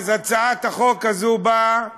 הצעת החוק הזאת באה